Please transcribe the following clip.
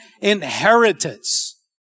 inheritance